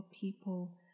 people